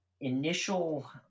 initial